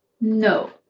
no